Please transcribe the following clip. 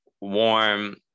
warm